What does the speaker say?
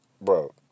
Bro